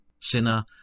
Sinner